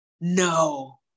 No